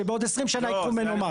שבעוד עשרים שנה ייקחו ממנו מס.